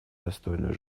достойную